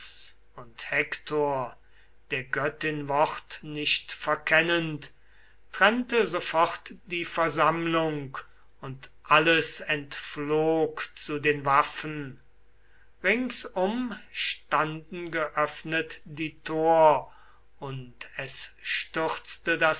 und hektor der göttin wort nicht verkennend trennte sofort die versammlung und alles entflog zu den waffen ringsum standen geöffnet die tor und es stürzte